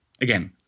again